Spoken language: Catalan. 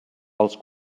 els